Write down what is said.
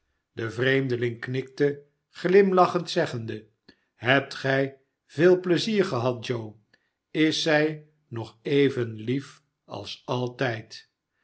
de vreemdeling knikte glimlachend zeggende hebt gij veel pleizier gehad joer is zij nog even lief als altijd